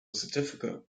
certificate